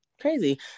Crazy